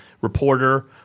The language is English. reporter